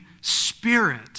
spirit